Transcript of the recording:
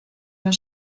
your